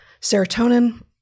Serotonin